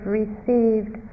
received